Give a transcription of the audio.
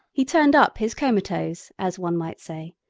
he turned up his comatose, as one might say,